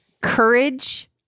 courage